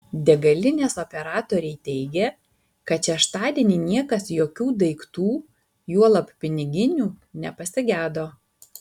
degalinės operatoriai teigė kad šeštadienį niekas jokių daiktų juolab piniginių nepasigedo